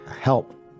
help